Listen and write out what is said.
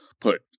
put